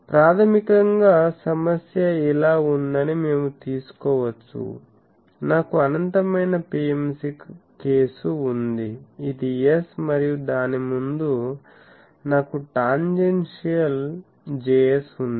ప్రాథమికంగా సమస్య ఇలా ఉందని మేము తీసుకోవచ్చు నాకు అనంతమైన PMC కేసు ఉంది ఇది S మరియు దాని ముందు నాకు టాంజెన్షియల్ Js ఉంది